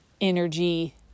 energy